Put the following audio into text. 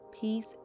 peace